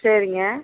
சரிங்க